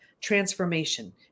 transformation